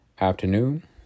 afternoon